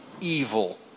evil